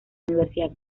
universidad